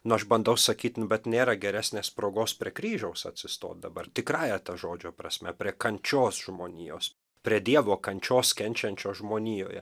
nu aš bandau sakyt nu bet nėra geresnės progos prie kryžiaus atsistot dabar tikrąja to žodžio prasme prie kančios žmonijos prie dievo kančios kenčiančio žmonijoje